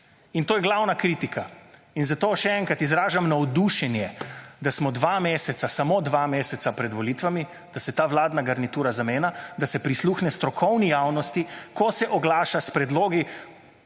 In to je glavna kritika. In zato še enkrat, izražam navdušenje, da smo dva meseca, samo dva meseca pred volitvami, da se ta vladna garnitura zamenja, da se prisluhne strokovni javnosti ko se oglaša s predlogi